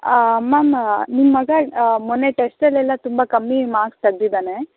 ma'am ನಿಮ್ಮ ಮಗ ಮೊನ್ನೆ ಟೆಸ್ಟಲ್ಲೆಲ್ಲ ತುಂಬ ಕಮ್ಮಿ ಮಾರ್ಕ್ಸ್ ತೆಗೆದಿದ್ದಾನೆ